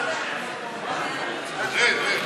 רד.